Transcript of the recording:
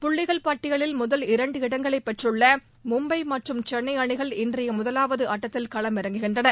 புள்ளிகள் பட்டியலில் முதல் இரண்டு இடங்களை பெற்றுள்ள மும்பை மற்றும் சென்னை அணிகள் இன்றைய முதலாவது ஆட்டத்தில் களமிறங்குகின்றன